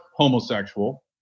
homosexual